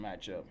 matchup